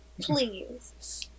Please